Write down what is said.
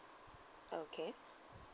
okay